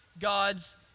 God's